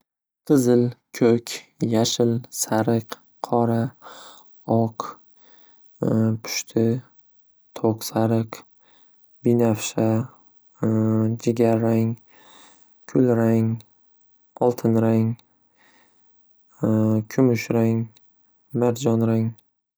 Qizil, ko'k, yashil, sariq, qora, oq, pushti, to'q sariq, binafsha, jigarrang, kulrang, oltin rang, kumush rang, marjon rang.